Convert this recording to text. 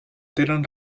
tenen